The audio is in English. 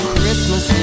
Christmas